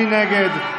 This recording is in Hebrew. מי נגד?